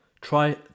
Try